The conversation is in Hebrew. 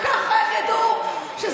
רק ככה הם ידעו שזה